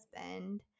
husband